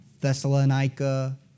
Thessalonica